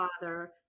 father